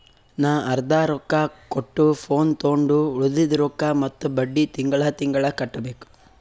ನಾ ಅರ್ದಾ ರೊಕ್ಕಾ ಕೊಟ್ಟು ಫೋನ್ ತೊಂಡು ಉಳ್ದಿದ್ ರೊಕ್ಕಾ ಮತ್ತ ಬಡ್ಡಿ ತಿಂಗಳಾ ತಿಂಗಳಾ ಕಟ್ಟಬೇಕ್